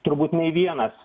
turbūt nei vienas